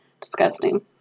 Disgusting